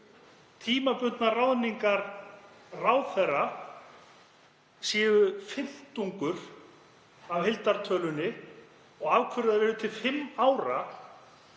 tímabundnar ráðningar ráðherra eru fimmtungur af heildartölunni og af hverju þær eru til fimm ára.